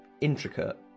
intricate